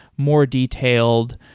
more detailed.